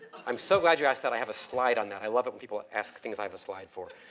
i'm so glad you asked that. i have a slide on that. i love it when people ask things i have a slide for.